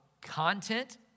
content